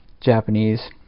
Japanese